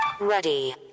Ready